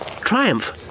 triumph